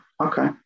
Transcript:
okay